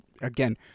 again